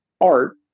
Art